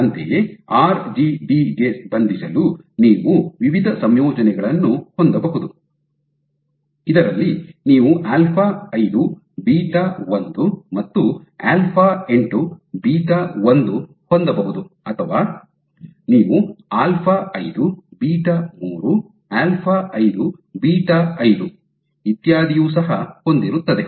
ಅಂತೆಯೇ ಆರ್ಜಿಡಿ ಗೆ ಬಂಧಿಸಲು ನೀವು ವಿವಿಧ ಸಂಯೋಜನೆಗಳನ್ನು ಹೊಂದಬಹುದು ಇದರಲ್ಲಿ ನೀವು ಆಲ್ಫಾ ಐದು ಬೀಟಾ ಒಂದು α5 β1 ಮತ್ತು ಆಲ್ಫಾ ಎಂಟು ಬೀಟಾ ಒಂದು α8β1 ಹೊಂದಬಹುದು ಅಥವಾ ನೀವು ಆಲ್ಫಾ ಐದು ಬೀಟಾ ಮೂರು α5 β3 ಆಲ್ಫಾ ಐದು ಬೀಟಾ ಐದು α5 β5 ಇತ್ಯಾದಿಯು ಸಹ ಹೊಂದಿರುತ್ತದೆ